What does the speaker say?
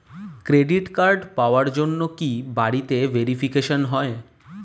Credit card পাওয়ার জন্য কি বাড়িতে ভেরিফিকেশন হয়?